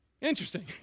Interesting